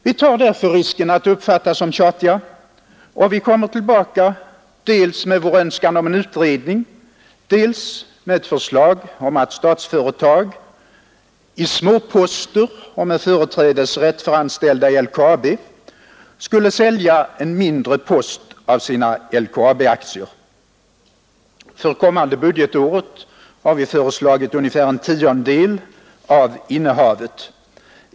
Vi tar därför risken att uppfattas som tjatiga och vi kommer tillbaka dels med vår önskan om en utredning, dels med ett förslag om att Statsföretag i småposter och med företrädesrätt för anställda i LKAB skulle sälja en mindre post av sina LKAB-aktier. För det kommande budgetåret har vi föreslagit ungefär en tiondedel av innehavet.